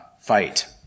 fight